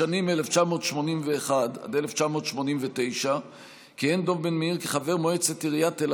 בשנים 1981 עד 1989 כיהן דב בן-מאיר כחבר מועצת עיריית תל